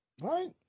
Right